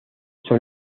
son